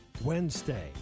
Wednesday